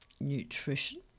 nutrition